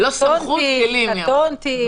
קטונתי.